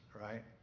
right